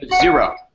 zero